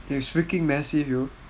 it's freaking massive yo